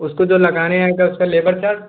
उसको जो लगाने आएगा उसका लेबर चार्ज